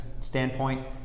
standpoint